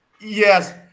Yes